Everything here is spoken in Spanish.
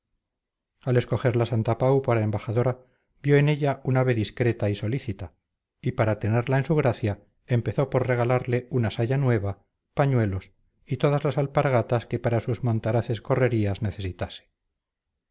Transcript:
al escogerla santapau para embajadora vio en ella un ave discreta y solícita y para tenerla en su gracia empezó por regalarle una saya nueva pañuelos y todas las alpargatas que para sus montaraces correrías necesitase